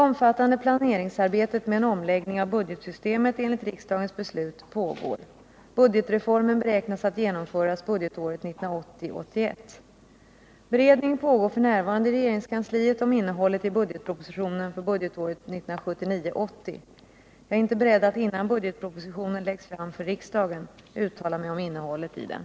Regeringen uppdrog i maj 1977 åt byggnadsstyrelsen att projektera nybyggnad av ett förvaltningshus för polis och åklagarmyndighet i Sandviken. Projektarbetet slutfördes i oktober 1978.